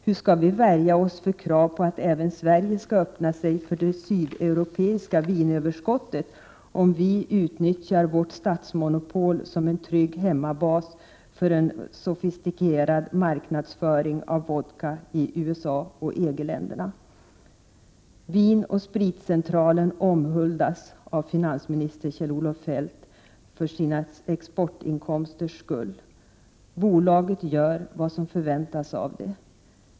Hur ska vi värja oss för krav på att även Sverige ska öppna sig för det sydeuropeiska vinöverskottet om vi utnyttjar vårt statsmonopol som en trygg hemmabas för en sofistikerad marknadsföring av vodka i USA och EG-länderna? Vin & Spritcentralen omhuldas av finansminister Kjell-Olof Feldt för sina exportinkomsters skull. Bolaget gör vad som förväntas av det.